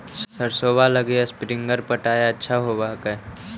सरसोबा लगी स्प्रिंगर पटाय अच्छा होबै हकैय?